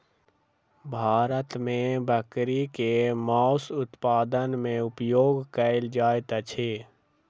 भारत मे बकरी के मौस उत्पादन मे उपयोग कयल जाइत अछि